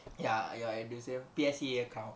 ya ya your edusave P_S_E_A account